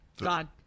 God